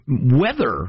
weather